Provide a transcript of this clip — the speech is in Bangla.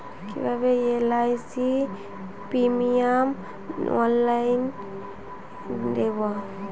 কিভাবে এল.আই.সি প্রিমিয়াম অনলাইনে দেবো?